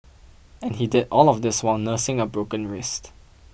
and he did all of this while nursing a broken wrist